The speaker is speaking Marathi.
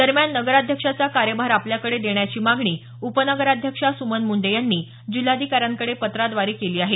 दरम्यान नगराध्यक्षपदाचा कार्यभार आपल्याकडे देण्याची मागणी उपनगराध्यक्षा सुमन मुंडे यांनी जिल्हाधिकाऱ्यांकडे पत्राद्वारे केली आहे